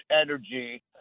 energy